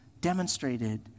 demonstrated